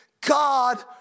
God